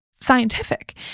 scientific